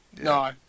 No